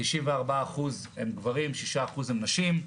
94% הם גברים, 6% הם נשים.